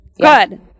Good